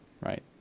right